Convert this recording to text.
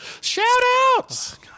Shout-outs